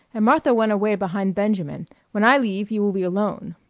and martha went away behind benjamin when i leave, you will be alone.